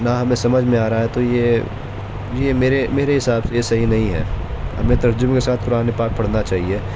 نہ ہمیں سمجھ میں آ رہا ہے تو یہ یہ میرے میرے حساب سے یہ صحیح نہیں ہے ہمیں ترجمے کے ساتھ قرآن پاک پڑھنا چاہیے